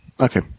Okay